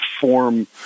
form